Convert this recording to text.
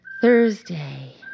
Thursday